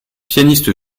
pianiste